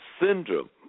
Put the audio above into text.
syndrome